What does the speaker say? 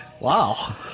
Wow